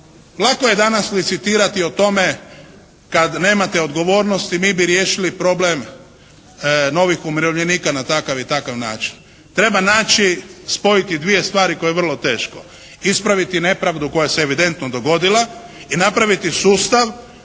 lako je danas licitirati o tome kada nemate odgovornosti mi bi riješili problem novih umirovljenika na takav i takav način. Treba naći, spojiti dvije stvari koje je vrlo teško. Ispraviti nepravdu koja se evidentno dogodila i napraviti sustav